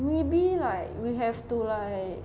maybe like we have to like